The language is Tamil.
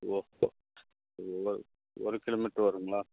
ஓகே ஒரு ஒரு கிலோமீட்டர் வரும்ங்களா